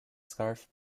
scarf